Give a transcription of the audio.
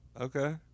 Okay